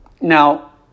now